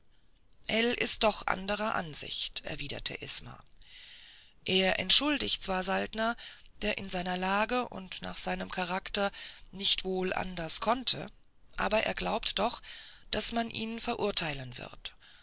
ell ist doch anderer ansicht erwiderte isma er entschuldigt zwar saltner der in seiner lage und nach seinem charakter nicht wohl anders handeln konnte aber er glaubt doch daß man ihn verurteilen wird